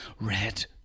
red